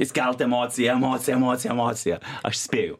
įskelt emociją emociją emociją emociją aš spėju